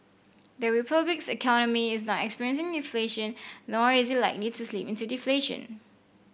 the Republic's economy is not experiencing deflation nor is it likely to slip into deflation